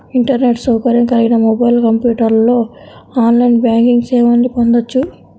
internet సౌకర్యం కలిగిన mobile, కంప్యూటర్లో ఆన్లైన్ బ్యాంకింగ్ సేవల్ని పొందొచ్చు